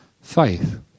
faith